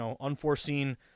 unforeseen